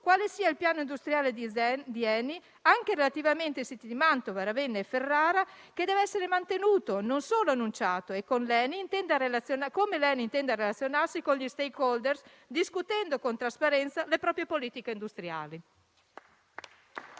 quale sia il piano industriale di ENI anche relativamente ai siti di Mantova, Ravenna e Ferrara, che deve essere mantenuto e non solo annunciato e come l'ENI intenda relazionarsi con gli *stakeholder* discutendo con trasparenza le proprie politiche industriali.